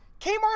Kmart